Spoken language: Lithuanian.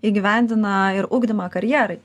įgyvendina ir ugdymą karjerai